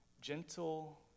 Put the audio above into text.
gentle